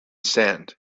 sand